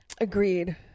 Agreed